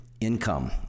income